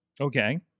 Okay